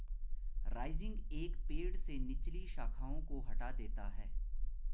rising एक पेड़ से निचली शाखाओं को हटा देता है